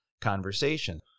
conversation